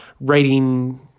writing